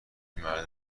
مرد